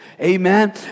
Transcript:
amen